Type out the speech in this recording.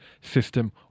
system